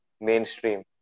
mainstream